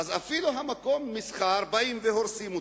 אז אפילו את מקום המסחר באים והורסים.